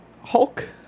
Hulk